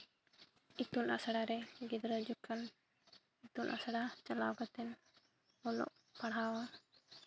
ᱤᱛᱩᱱ ᱟᱥᱲᱟ ᱨᱮ ᱜᱤᱫᱽᱨᱟᱹ ᱡᱚᱠᱷᱚᱱ ᱤᱛᱩᱱ ᱟᱥᱲᱟ ᱪᱟᱞᱟᱣ ᱠᱟᱛᱮᱫ ᱚᱞᱚᱜ ᱯᱟᱲᱦᱟᱣ